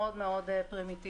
מאוד מאוד פרימיטיבי.